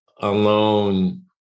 alone